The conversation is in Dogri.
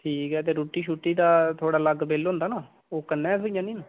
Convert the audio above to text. ते ठीक ऐ रुट्टी दा थुहाड़ा अलग बिल होंदा ना ओह् कन्नै गै थ्होई जानी नी